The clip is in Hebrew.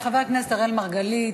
חבר הכנסת אראל מרגלית,